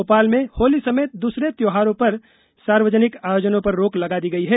भोपाल में होली समेत दूसरे त्योहारों पर सार्वजनिक आयोजनों पर रोक लगा दी गई है